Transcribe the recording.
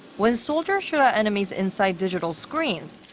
when soldiers shoot at enemies inside digital screens,